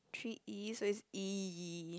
three E so it's E